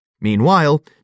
Meanwhile